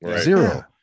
zero